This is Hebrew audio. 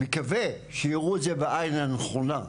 מקווה שיראו את זה בעין הנכונה,